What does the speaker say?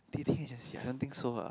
dating agency I don't think so ah